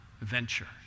venture